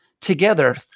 together